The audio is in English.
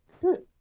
Good